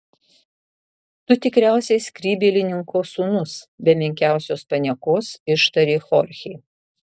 tu tikriausiai skrybėlininko sūnus be menkiausios paniekos ištarė chorchė